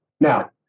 Now